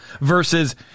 Versus